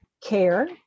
care